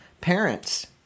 parents